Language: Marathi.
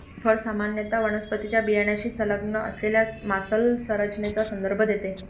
फळ सामान्यत वनस्पतीच्या बियाण्याशी संलग्न असलेल्या मांसल संरचनेचा संदर्भ देते